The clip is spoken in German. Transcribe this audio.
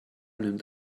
nimmt